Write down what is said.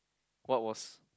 what was